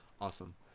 awesome